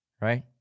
right